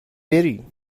بری